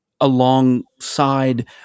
alongside